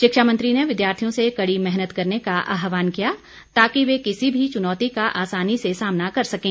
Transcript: शिक्षा मंत्री ने विद्यार्थियों से कड़ी मेहनत करने का आहवान किया ताकि वह किसी भी चुनौती का आसानी से सामाना कर सकें